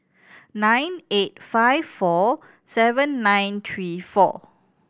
nine eight five four seven nine three four